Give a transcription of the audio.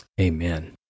Amen